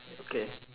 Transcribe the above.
okay